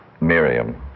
Miriam